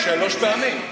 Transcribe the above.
שלוש פעמים.